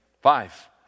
Five